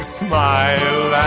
smile